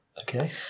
Okay